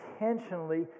intentionally